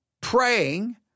praying